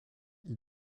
ils